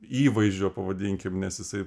įvaizdžio pavadinkim nes jisai